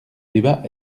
débat